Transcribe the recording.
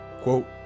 Quote